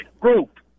group